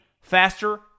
faster